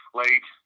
late